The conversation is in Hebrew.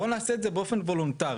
בואו נעשה את זה באופן וולונטרי,